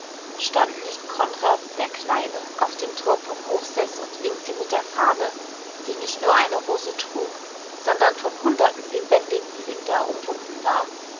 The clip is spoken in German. stand nicht konrad der kleine auf dem turm von hochseß und winkte mit der fahne die nicht nur eine rose trug sondern von hunderten lebendig blühender umwunden war